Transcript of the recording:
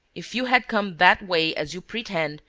if you had come that way, as you pretend,